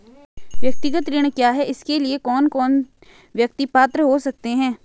व्यक्तिगत ऋण क्या है इसके लिए कौन कौन व्यक्ति पात्र हो सकते हैं?